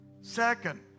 Second